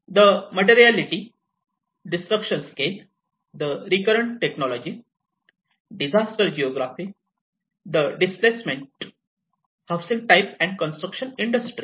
the materiality destruction scale the recurrent technology disaster geography the displacement housing type and construction industry